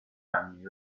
anni